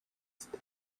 ist